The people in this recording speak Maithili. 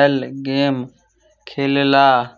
L game खेललाह